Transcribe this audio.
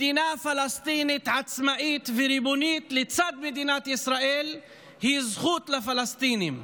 מדינה פלסטינית עצמאית וריבונית לצד מדינת ישראל היא זכות לפלסטינים,